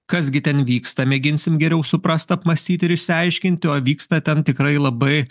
kas gi ten vyksta mėginsim geriau suprast apmąstyti ir išsiaiškinti o vyksta ten tikrai labai